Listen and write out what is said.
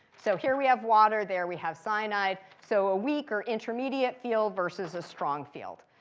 so here we have water. there, we have cyanide. so a weak, or intermediate field, versus a strong field.